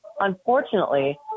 Unfortunately